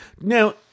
now